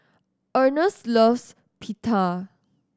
Earnest loves Pita